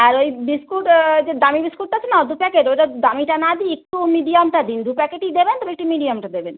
আর ওই বিস্কুট যে দামি বিস্কুটটা আছে না দু প্যাকেট ওইটা দামিটা না দিয়ে একটু মিডিয়ামটা দিন দু প্যাকেটই দেবেন তবে একটু মিডিয়ামটা দেবেন